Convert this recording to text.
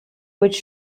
which